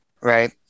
Right